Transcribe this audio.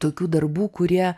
tokių darbų kurie